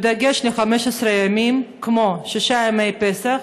בדגש על 15 ימים כמו שישה ימי פסח,